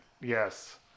yes